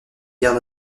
guerre